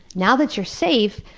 now that you're safe,